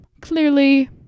clearly